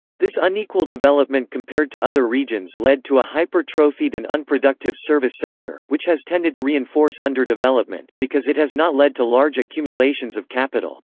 this unequal development compared to other regions led to a hypertrophied and unproductive service sector, which has tended to reinforce underdevelopment, because it has not led to large accumulations of capital.